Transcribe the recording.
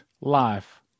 life